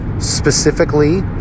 Specifically